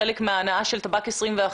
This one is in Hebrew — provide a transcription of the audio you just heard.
חלק מההנעה של טבק 21,